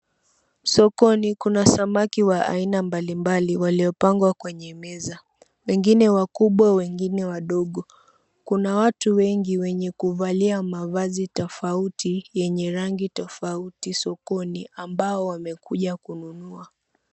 Sokoni kuna samaki wa aina mbalimbali waliopangwa kwenye meza, wengine wakubwa wengine wadogo. Kuna watu wengi wenye kuvalia mavazi tofauti yenye rangi tofauti sokoni ambao wamekuja Kununua.